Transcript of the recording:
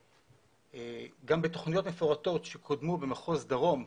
וגם בתכניות מפורטות שקודמו במחוז דרום,